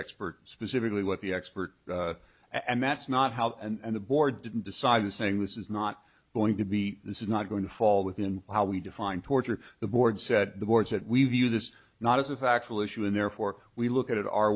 expert specifically what the expert and that's not how and the board didn't decide the saying this is not going to be this is not going to fall within how we define torture the board said the boards that we view this not as a factual issue and therefore we look at it our